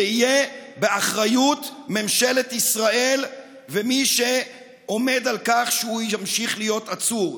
זה יהיה באחריות ממשלת ישראל ומי שעומד על כך שהוא ימשיך להיות עצור.